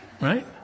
Right